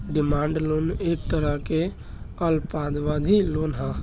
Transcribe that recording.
demand loan एक तरह के अल्पावधि लोन ह